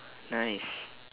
nice